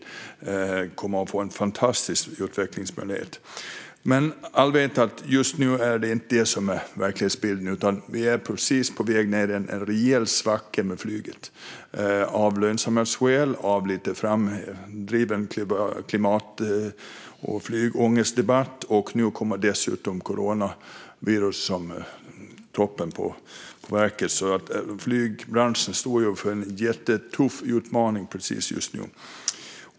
Det kommer att få en fantastisk utvecklingsmöjlighet. Just nu är det inte detta som är verklighetsbilden, utan flyget är på väg ned i en rejäl svacka av lönsamhetsskäl och av lite framdriven klimat och flygångestdebatt, och nu kommer dessutom coronaviruset som toppen på verket. Flygbranschen står alltså inför en jättetuff utmaning just nu.